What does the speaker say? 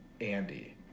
andy